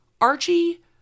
Archie